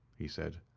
he said.